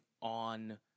on